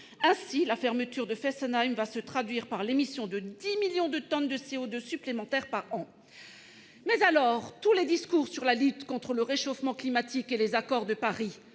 Ainsi, la fermeture de Fessenheim se traduira par l'émission de 10 millions de tonnes de CO2 supplémentaires par an. Que faites-vous de tous les discours sur la lutte contre le réchauffement climatique qui ont été tenus